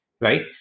right